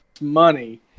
money